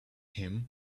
him